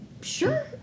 sure